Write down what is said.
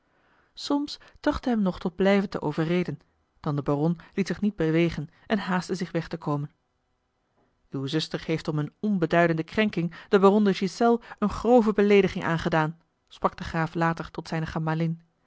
solms trachtte hem nog tot blijven te overreden dan de baron liet zich niet bewegen en haastte zich weg te komen uw zuster heeft om eene onbeduidende krenking den baron de ghiselles eene grove beleediging aangedaan sprak de graaf later tot zijne